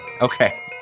Okay